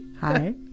Hi